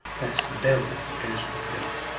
that's the bell that goes with the pagoda.